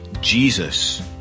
Jesus